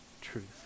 truth